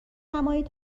نمایید